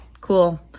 cool